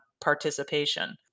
participation